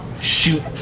shoot